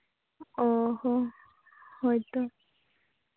ᱚ ᱦᱚᱸ ᱦᱳᱭᱛᱳ